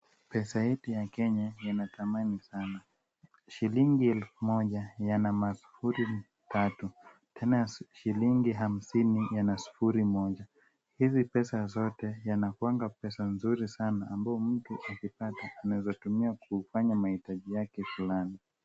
Pesa yetu ya Kenya ina thamani sana. Shilingi elfu moja yana masufuri tatu tena shilingi hamsini ina sufuri moja. Hizi pesa zote yanakuanga pesa mzuri sana ambayo mtu akipata anaweza tumia kufanya mahitaji yake fulani.